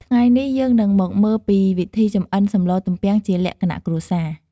ថ្ងៃនេះ យើងនឹងមកមើលពីវិធីចម្អិនសម្លទំពាំងជាលក្ខណៈគ្រួសារ។